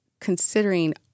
considering